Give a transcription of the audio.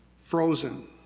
frozen